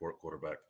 quarterback